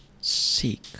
Seek